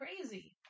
crazy